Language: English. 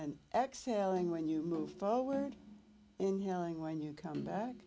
then excelling when you move forward inhaling when you come back